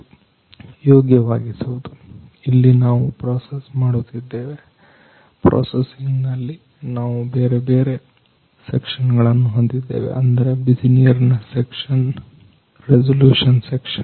0336ಸಮಯವನ್ನು ಗಮನಿಸಿ ಇಲ್ಲಿ ನಾವು ಪ್ರೋಸೆಸ್ ಮಾಡುತ್ತಿದ್ದೇವೆ ಪ್ರೋಸಸಿಂಗ್ ನಲ್ಲಿ ನಾವು ಬೇರೆ ಬೇರೆ ಸೆಕ್ಷನ್ ಗಳನ್ನು ಹೊಂದಿದ್ದೇವೆ ಅಂದರೆ ಬಿಸಿನೀರಿನ ಸೆಕ್ಷನ್ ರೆಸಲ್ಯೂಷನ್ ಸೆಕ್ಷನ್